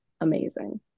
amazing